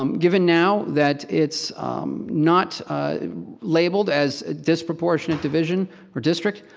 um given now that it's not labeled as a disproportionate division or district,